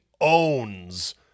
owns